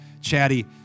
Chatty